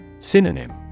Synonym